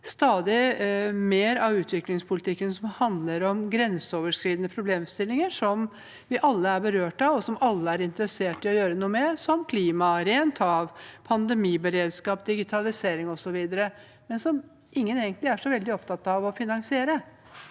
stadig mer av utviklingspolitikken som handler om grenseoverskridende problemstillinger som vi alle er berørt av, og som alle er interessert i å gjøre noe med, som klima, rent hav, pandemiberedskap, digitalisering osv., men som ingen egentlig er så veldig opptatt av å finansiere.